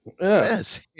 yes